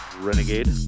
renegade